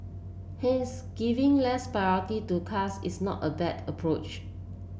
hence giving less priority to cars is not a bad approach